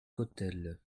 cottel